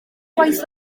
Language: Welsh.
gwaith